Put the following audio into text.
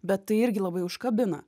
bet tai irgi labai užkabina